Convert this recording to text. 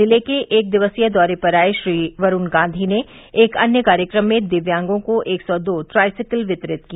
जिले के एक दिवसीय दौरे पर आये श्री वरूण गांधी ने एक अन्य कार्यक्रम में दिव्यांगों को एक सौ दो ट्राईसिकिल वितरित की